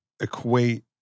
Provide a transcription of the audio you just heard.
equate